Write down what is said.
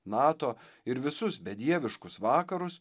nato ir visus bedieviškus vakarus